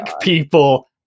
people